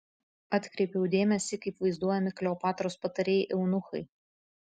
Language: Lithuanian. atkreipiau dėmesį kaip vaizduojami kleopatros patarėjai eunuchai